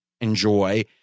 enjoy